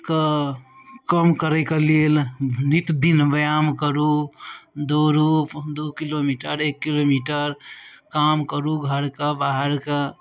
के कम करयके लेल नित्यदिन व्यायाम करू दौड़ू दू किलो मीटर एक किलो मीटर काम करू घरके बाहरके